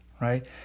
right